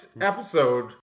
episode